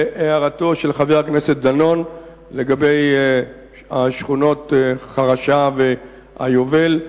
להערתו של חבר הכנסת דנון לגבי השכונות חרשה והיובל,